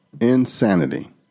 Insanity